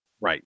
right